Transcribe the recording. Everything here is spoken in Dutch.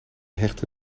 hechtte